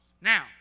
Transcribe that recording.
Now